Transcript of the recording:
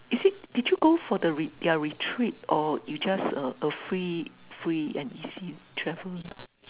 is it did you go for the their retreat or you just uh free free and easy travel